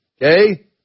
Okay